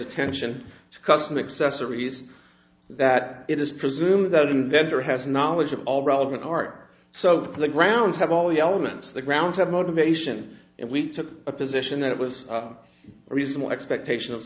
accessories that it is presumed that an inventor has knowledge of all relevant art so the grounds have all the elements the grounds are motivation and we took a position that it was a reasonable expectation of